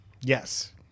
Yes